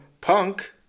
Punk